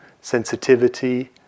sensitivity